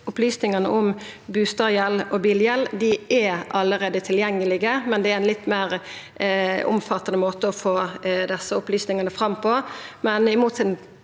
opplysningane om bustadgjeld og bilgjeld er allereie tilgjengelege. Men det er ein litt meir omfattande måte å få desse opplysningane fram på.